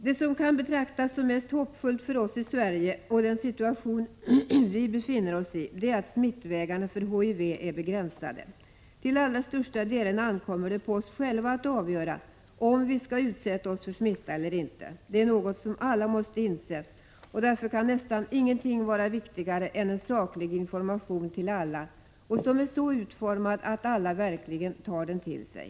Det som kan betraktas som mest hoppfullt för oss i Sverige och i den situation vi befinner oss i, är att smittvägarna för HIV är begränsade. Till allra största delen ankommer det på oss själva att avgöra om vi skall utsätta oss för smitta eller inte. Det är något som alla måste inse. Därför kan nästan ingenting vara viktigare än en saklig information till alla, vilken är så utformad att alla verkligen tar den till sig.